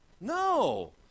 No